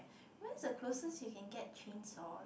where's the closest you can get chainsaws